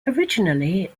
originally